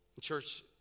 Church